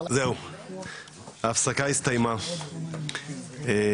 (הישיבה נפסקה בשעה